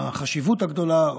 החשיבות הגדולה,